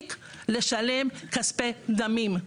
להפסיק לשלם כספי דמים.